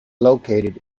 located